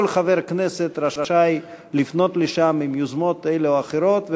כל חבר כנסת רשאי לפנות לשם עם יוזמות אלה או אחרות.